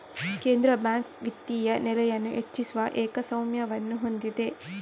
ಕೇಂದ್ರ ಬ್ಯಾಂಕ್ ವಿತ್ತೀಯ ನೆಲೆಯನ್ನು ಹೆಚ್ಚಿಸುವ ಏಕಸ್ವಾಮ್ಯವನ್ನು ಹೊಂದಿದೆ